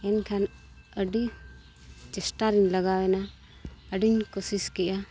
ᱮᱱᱠᱷᱟᱱ ᱟᱹᱰᱤ ᱪᱮᱥᱴᱟ ᱨᱮᱧ ᱞᱟᱜᱟᱣᱮᱱᱟ ᱟᱹᱰᱤᱧ ᱠᱩᱥᱤᱥ ᱠᱮᱜᱼᱟ